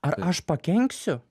ar aš pakenksiu